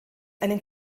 einen